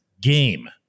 game